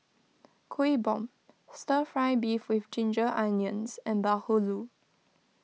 Kuih Bom Stir Fry Beef with Ginger Onions and Bahulu